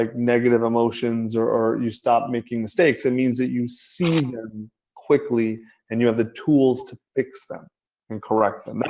like negative emotions or you stop making mistakes. it means that you're seeing them quickly and you have the tools to fix them and correct them.